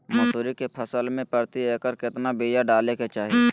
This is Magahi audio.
मसूरी के फसल में प्रति एकड़ केतना बिया डाले के चाही?